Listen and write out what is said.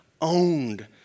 owned